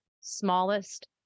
smallest